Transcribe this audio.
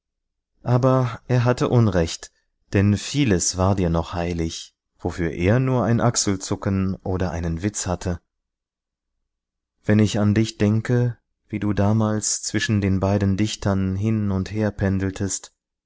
aber er hatte unrecht denn vieles war dir noch heilig wofür er nur ein achselzucken oder einen witz hatte wenn ich an dich denke wie du damals zwischen den beiden dichtern hin und her pendeltest